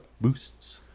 boosts